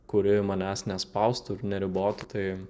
kuri manęs nespaustų ir neribotų tai